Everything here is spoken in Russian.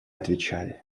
отвечали